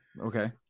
okay